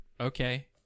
Okay